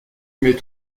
mais